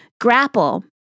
grapple